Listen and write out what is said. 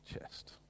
chest